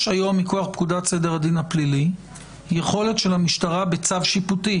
יש היום מכוח פקודת סדר הדין הפלילי יכולת של המשטרה בצו שיפוטי